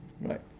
Right